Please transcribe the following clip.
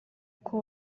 uko